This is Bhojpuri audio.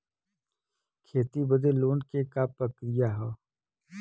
खेती बदे लोन के का प्रक्रिया ह?